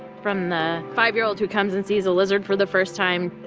from the five year old who comes and sees a lizard for the first time,